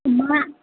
अमा